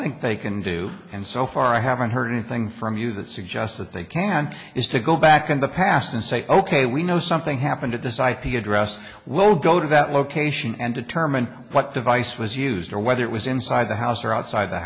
think they can do and so far i haven't heard anything from you that suggests that they can't is to go back in the past and say ok we know something happened at this ip address we'll go to that location and determine what device was used or whether it was inside the house or outside the